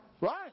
Right